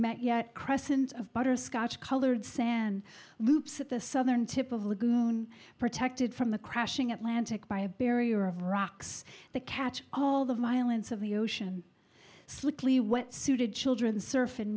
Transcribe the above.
met yet crescent of butterscotch colored sand loops at the southern tip of lagoon protected from the crashing atlantica by a barrier of rocks that catch all the violence of the ocean slickly when it suited